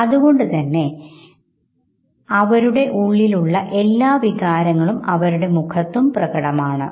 ഇത് യഥാർത്ഥ ജീവിതാവസ്ഥകളിൽ ഉണ്ടാവുന്ന പെട്ടെന്നുള്ള ഒരു വൈകാരിക പ്രകടനം ആണ്